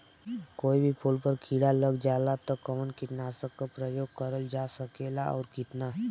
कोई भी फूल पर कीड़ा लग जाला त कवन कीटनाशक क प्रयोग करल जा सकेला और कितना?